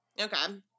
Okay